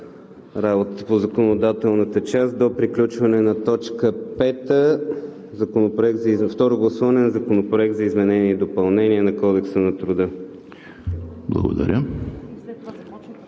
работата по законодателната част до приключване на точка пета – Второ гласуване на Законопроекта за изменение и допълнение на Кодекса на труда, а